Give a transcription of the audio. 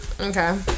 okay